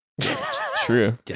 True